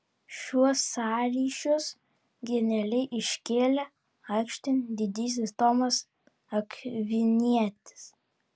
šiuos sąryšius genialiai iškėlė aikštėn didysis tomas akvinietis